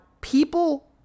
people